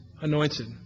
anointed